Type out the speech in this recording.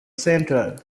center